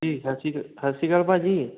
ਜੀ ਸਤਿ ਸ਼੍ਰੀ ਸਤਿ ਸ਼੍ਰੀ ਅਕਾਲ ਭਾਅ ਜੀ